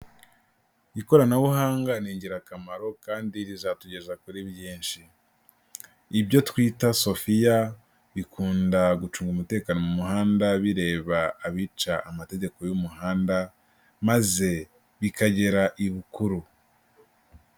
Ikoranabuhanga ni ingirakamaro kandi rizatugeza kuri byinshi, ibyo twita Sophia bikunda gucunga umutekano mu muhanda bireba abica amategeko y'umuhanda, maze bikagera i bukuru.